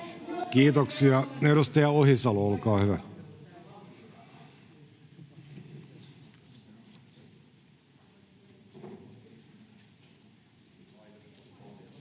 Kiitoksia. — Edustaja Ohisalo, olkaa hyvä.